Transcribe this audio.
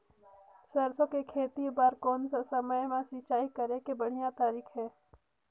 सरसो के खेती बार कोन सा समय मां सिंचाई करे के बढ़िया तारीक हे?